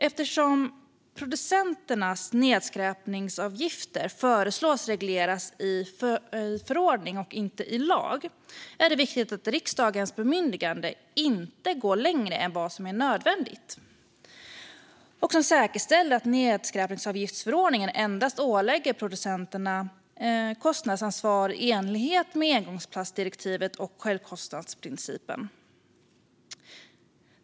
Eftersom producenternas nedskräpningsavgifter föreslås regleras i förordning och inte i lag är det viktigt att riksdagens bemyndigande inte går längre än vad som är nödvändigt och att det säkerställer att nedskräpningsavgiftsförordningen endast ålägger producenterna kostnadsansvar i enlighet med engångsplastdirektivet och självkostnadsprincipen.